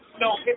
No